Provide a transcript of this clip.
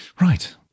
Right